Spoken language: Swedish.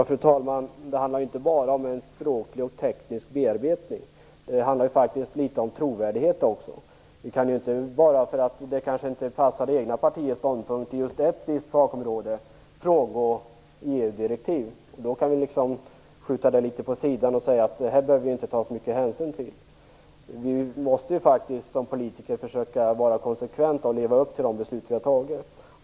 Fru talman! Det handlar inte bara om en språklig och teknisk bearbetning. Det handlar faktiskt litet om trovärdighet också. Vi kan inte bara därför att det inte passar det egna partiets ståndpunkt inom ett visst sakområde frångå EU-direktivet, skjuta det litet vid sidan av och säga att vi inte behöver ta hänsyn till det. Vi måste faktiskt som politiker försöka vara konsekventa och leva upp till de beslut som vi fattat.